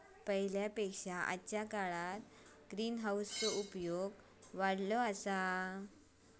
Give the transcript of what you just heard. पहिल्या पेक्षा आजच्या काळात ग्रीनहाऊस चो प्रयोग वाढलो हा